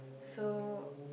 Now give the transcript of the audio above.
so